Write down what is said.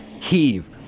heave